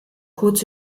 kurz